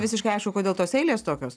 visiškai aišku kodėl tos eilės tokios